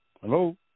Hello